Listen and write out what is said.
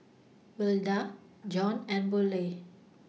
Wilda Joan and Burleigh